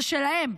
זה שלהם.